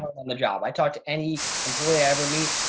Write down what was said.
on the job i talked to any employee i ever meet.